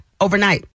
overnight